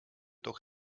doch